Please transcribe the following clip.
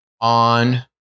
on